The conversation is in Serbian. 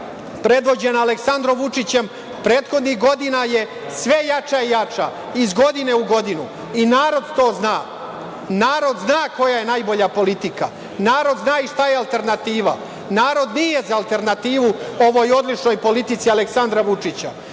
predvođena Aleksandrom Vučićem prethodnih godina je sve jača i jača, iz godine u godinu, narod to zna, narod zna koja je najbolja politika, narod zna i šta je alternativa, narod nije za alternativu ovoj odličnoj politici Aleksandra Vučića.